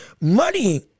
muddying